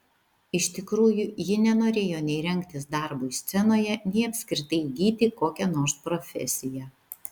iš tikrųjų ji nenorėjo nei rengtis darbui scenoje nei apskritai įgyti kokią nors profesiją